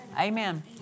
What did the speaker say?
Amen